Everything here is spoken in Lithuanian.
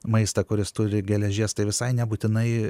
maistą kuris turi geležies tai visai nebūtinai